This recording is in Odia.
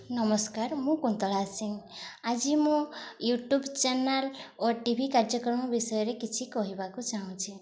ନମସ୍କାର ମୁଁ କୁନ୍ତଳା ସିଂ ଆଜି ମୁଁ ୟୁଟ୍ୟୁବ୍ ଚ୍ୟାନେଲ୍ ଓ ଟିଭି କାର୍ଯ୍ୟକ୍ରମ ବିଷୟରେ କିଛି କହିବାକୁ ଚାହୁଁଛି